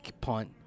punt